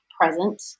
present